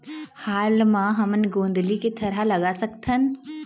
हाल मा हमन गोंदली के थरहा लगा सकतहन?